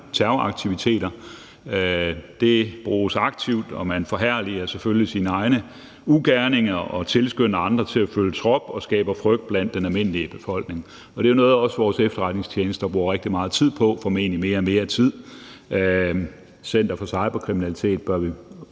terroraktiviteter. Det bruges aktivt, og man forherliger selvfølgelig sine egne ugerninger og tilskynder andre til at følge trop og skaber frygt blandt den almindelige befolkning. Og det er jo også noget, vores efterretningstjenester bruger rigtig meget tid på, formentlig mere og mere tid. Center for Cybersikkerhed bør vi